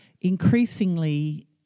increasingly